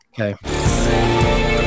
Okay